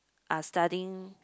are studying